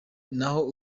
naho